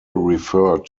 refer